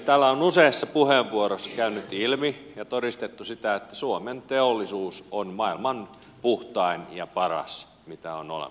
täällä on useassa puheenvuorossa käynyt ilmi ja todistettu sitä että suomen teollisuus on maailman puhtain ja paras mitä on olemassa